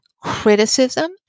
criticism